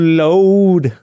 load